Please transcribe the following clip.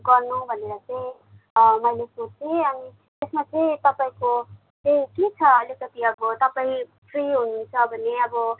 गर्नु भनेर चाहिँ मैले सोचेँ अनि यसमा चाहिँ तपाईँको चाहिँ के छ अलिकति अब तपाईँ फ्री हुनुहुन्छ भने अब